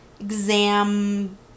exam